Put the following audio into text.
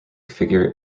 figure